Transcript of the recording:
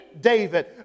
David